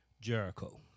Jericho